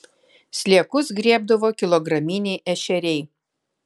sliekus griebdavo kilograminiai ešeriai